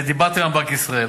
דיברתי היום עם בנק ישראל.